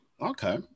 Okay